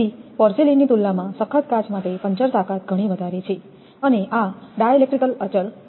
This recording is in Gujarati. તેથી પોર્સેલેઇનની તુલનામાં સખત કાચ માટે પંચર તાકાત ઘણી વધારે છે અને આ ડાઇલેક્ટ્રિક અચલ 6